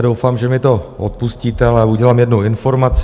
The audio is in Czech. Doufám, že mi to odpustíte, ale udělám jednu informaci.